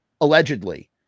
Allegedly